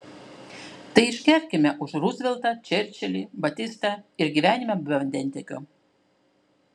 tai išgerkime už ruzveltą čerčilį batistą ir gyvenimą be vandentiekio